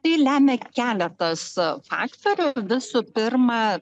tai lemia keletas faktorių visų pirma